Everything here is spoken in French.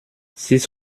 six